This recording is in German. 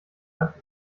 hat